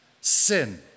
sin